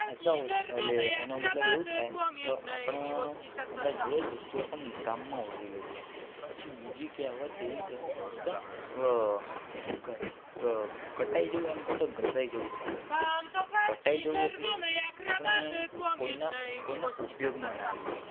એસા હો એટલે એનો મતલબ એવું થાય કે આપણા આપણા જોડે જ વસ્તુ હોય પણ ગામમાં શોધી લઈએ પછી બીજી કહેવત એવી છે કે કટાઈ જવું એના કરતાં ઘસાઈ જવું સારું એ કટાઈ જવું એટલે આપણે કોઈના કોઇના ઉપયોગમાં ના આવીએ